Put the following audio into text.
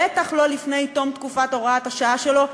בטח לא לפני תום תקופת הוראת השעה שלו,